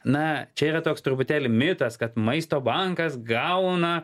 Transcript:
na čia yra toks truputėlį mitas kad maisto bankas gauna